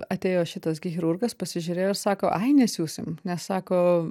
atėjo šitas gi chirurgas pasižiūrėjo ir sako ai nesiūsim nes sako